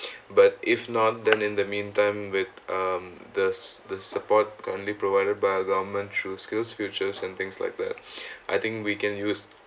but if not then in the meantime with um the s~ the support currently provided by the government through skillsfuture and things like that I think we can use